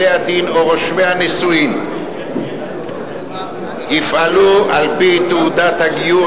בתי-הדין או רושמי הנישואים יפעלו על-פי תעודת הגיור